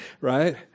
Right